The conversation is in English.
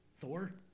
Thor